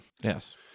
Yes